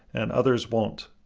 and others won't.